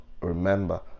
remember